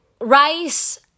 rice